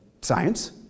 science